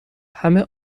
همه